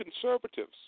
conservatives